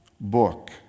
book